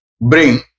bring